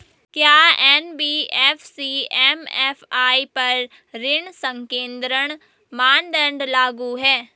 क्या NBFC MFI पर ऋण संकेन्द्रण मानदंड लागू हैं?